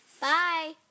Bye